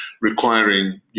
requiring